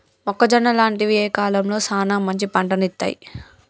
మొక్కజొన్న లాంటివి ఏ కాలంలో సానా మంచి పంటను ఇత్తయ్?